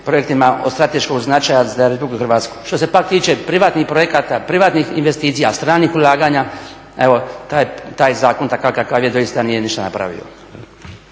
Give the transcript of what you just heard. projektima od strateškog značaja za RH. Što se pak tiče privatnih projekata, privatnih investicija, stranih ulaganja, evo, taj zakon takav kakav je doista nije ništa napravio.